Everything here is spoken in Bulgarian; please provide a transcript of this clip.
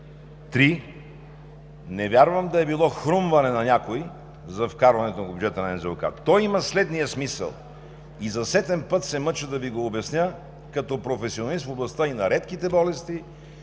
не вярвам да е било хрумване на някого за вкарването на бюджета на НЗОК. Той има следният смисъл – и за сетен път се мъча да Ви го обясня като професионалист в областта и на редките болести,